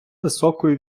високою